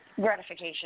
gratification